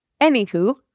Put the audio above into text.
anywho